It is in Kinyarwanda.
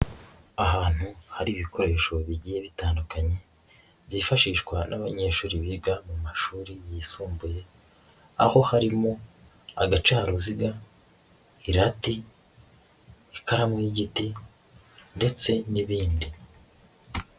Ahantu hari ibikoresho bigiye bitandukanye byifashishwa n'abanyeshuri biga mu mashuri yisumbuye, aho harimo agacaruziga, irate, ikaramu y'igiti ndetse n'ibindi.